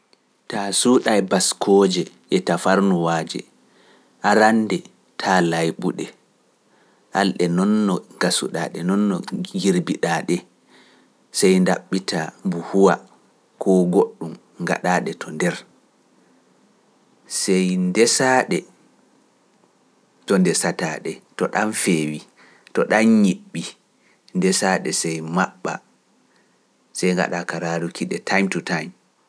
Taa suuɗae baskooje e tafarnuwaaje, arande taa layɓuɗe, alɗe non no gasuɗa, ɗe non no njirbiɗa ɗe, sey ndaɓɓita mbu huwa kuu goɗɗum, ngaɗa ɗe to nder, sey ndesa ɗe to ndesataa ɗe, to ɗam feewi, to ɗam ñiɓɓi, ndesa ɗe sey maɓɓa, sey ngaɗa kala ruuki ɗe, time to time.